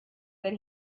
that